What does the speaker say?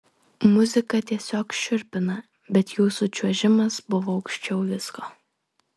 muzika tiesiog šiurpina bet jūsų čiuožimas buvo aukščiau visko